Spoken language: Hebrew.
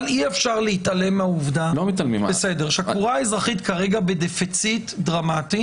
אבל אי-אפשר להתעלם מהעובדה שהקבורה האזרחית כרגע בדפיציט דרמטי.